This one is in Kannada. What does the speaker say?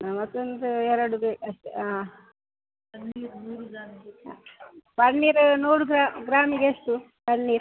ಮತ್ತೊಂದು ಎರಡು ಬೇಕು ಅಷ್ಟೇ ಹಾಂ ಪನೀರ್ ನೂರು ಗ್ರಾಮಿಗೆಷ್ಟು ಪನೀರ್